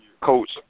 coach